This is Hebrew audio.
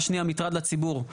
מטרד לציבור.